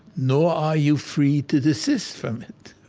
nor are you free to desist from it.